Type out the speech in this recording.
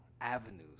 avenues